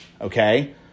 Okay